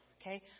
okay